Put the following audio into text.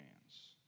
hands